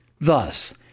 Thus